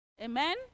Amen